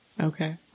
Okay